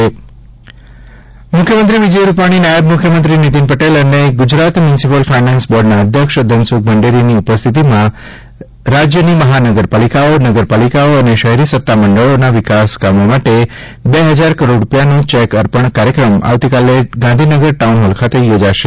રાજ્ય સરકાર વિકાસ કામ મુખ્યમંત્રી વિજય રૂપાલી નાયબ મુખ્યમંત્રી નીતિનભાઇ પટેલ અને ગુજરાત મ્યુનિસિપલ ફાયનાન્સ બોર્ડના અધ્યક્ષ ધનસુખ ભંડેરીની ઉપસ્થિતિમાં રાજ્યની મહાનગરપાલિકાઓ નગરપાલિકાઓ અને શહેરી સત્તા મંડળોના વિકાસ કામો માટે બે હજાર કરોડ રૂપિયાનો ચેક અર્પણ કાર્યક્રમ આવતીકાલે ગાંધીનગર ટાઉન હોલ ખાતે યોજાશે